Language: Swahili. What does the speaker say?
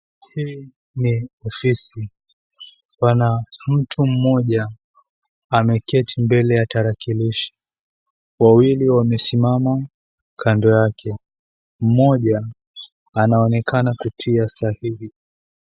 Hii ni ofisi. Pana mtu mmoja ameketi mbele ya tarakilishi. Wawili wamesimama kando yake, mmoja anaonekana kutia sahihi.